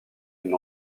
une